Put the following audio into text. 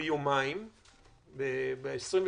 ביומיים עם חולה מאומת.